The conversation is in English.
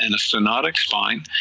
and cystinotic spine,